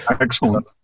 Excellent